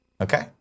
Okay